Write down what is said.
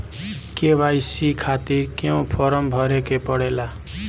KYC खातिर क्यूं form भरे के पड़ेला?